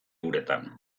uretan